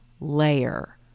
layer